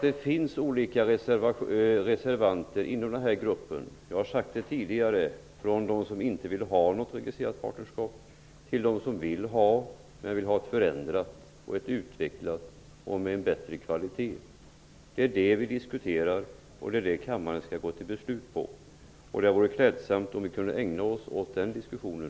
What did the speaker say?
Det finns olika reservanter med olika uppfattningar från de som inte vill ha något registrerat partnerskap till de som vill ha ett partnerskap men med ett förändrat och utvecklat innehåll och med en bättre kvalitet. Det är den frågan som kammaren diskuterar och skall fatta beslut om. Det vore klädsamt om vi i stället kunde ägna oss åt den diskussionen.